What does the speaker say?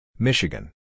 Michigan